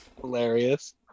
hilarious